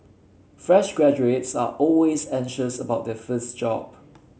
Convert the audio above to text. fresh graduates are always anxious about their first job